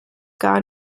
gar